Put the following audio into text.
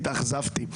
התאכזבתי.